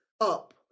up